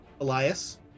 Elias